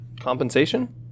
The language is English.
compensation